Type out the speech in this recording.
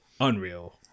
unreal